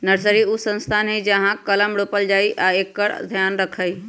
nursery उ स्थान हइ जहा कलम रोपइ छइ आ एकर ध्यान रखहइ